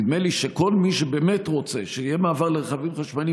נדמה לי שכל מי שרוצה באמת שיהיה מעבר לרכבים חשמליים